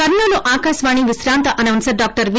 కర్నూల్ ఆకాశవాణి విశ్రాంత announcer doctor వి